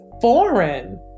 foreign